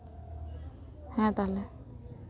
ᱦᱮᱸ ᱛᱟᱦᱞᱮ